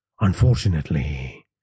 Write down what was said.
Unfortunately